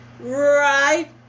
right